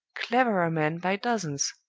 cleverer men by dozens.